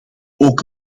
ook